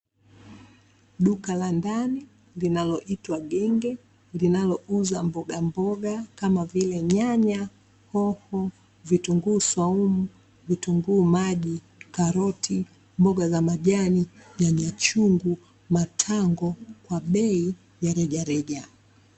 Duka la ndani linaloitwa genge, linalouza mbogamboga kama vile nyanya, hoho, vitunguu swaumu, vitunguu maji, karoti, mboga za majani, nyanya chungu, matango, kwa bei ya rejareja.